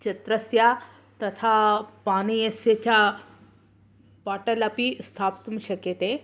चत्रस्य तथा पानीयस्य च बाटल् अपि स्थाप्तुं शक्यते